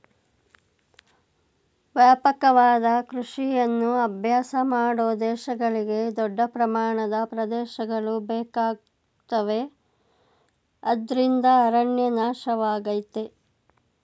ವ್ಯಾಪಕವಾದ ಕೃಷಿಯನ್ನು ಅಭ್ಯಾಸ ಮಾಡೋ ದೇಶಗಳಿಗೆ ದೊಡ್ಡ ಪ್ರಮಾಣದ ಪ್ರದೇಶಗಳು ಬೇಕಾಗುತ್ತವೆ ಅದ್ರಿಂದ ಅರಣ್ಯ ನಾಶವಾಗಯ್ತೆ